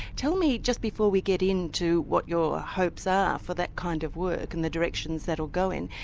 tell me, just before we get into what your hopes are for that kind of work and the directions that will go in,